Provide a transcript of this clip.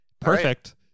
Perfect